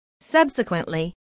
Subsequently